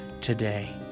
today